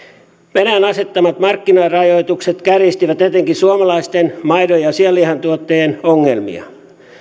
venäjän asettamat markkinarajoitukset kärjistivät etenkin suomalaisten maidon ja ja sianlihantuottajien ongelmia